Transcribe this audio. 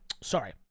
sorry